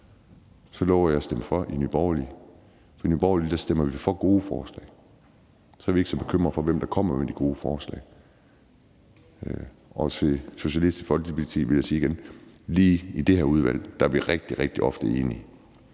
så lover jeg at stemme for. For i Nye Borgerlige stemmer vi for gode forslag, og så er vi ikke så bekymrede for, hvem der kommer med de gode forslag. Og til Socialistisk Folkeparti vil jeg igen sige, at vi i lige det her udvalg rigtig, rigtig ofte er enige.